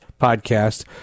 podcast